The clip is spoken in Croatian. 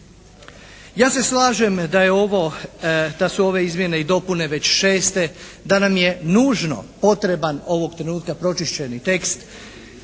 Ja se slažem da su ove izmjene i dopune već šeste, da nam je nužno potreban ovog trenutka pročišćeni tekst.